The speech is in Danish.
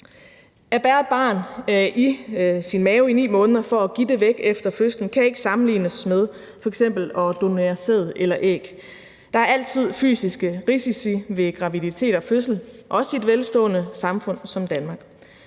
At bære et barn i sin mave i 9 måneder for at give det væk efter fødslen kan ikke sammenlignes med f.eks. at donere sæd eller æg. Der er altid fysiske risici ved graviditet og fødsel, også i et velstående samfund som det